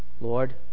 Lord